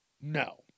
no